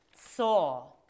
saw